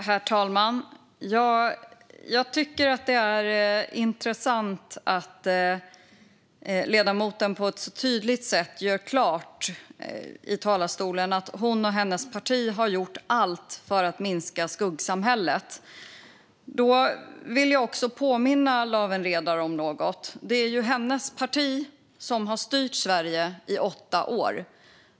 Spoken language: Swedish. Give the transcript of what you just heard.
Herr talman! Jag tycker att det är intressant att ledamoten på ett så tydligt sätt gör klart att hon och hennes parti har gjort allt för att minska skuggsamhället. Då vill jag påminna Lawen Redar om något. Det är ju hennes parti som har styrt Sverige i åtta år.